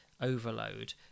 overload